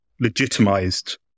legitimized